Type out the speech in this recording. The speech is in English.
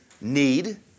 need